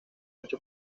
ocho